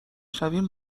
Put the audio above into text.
شنویم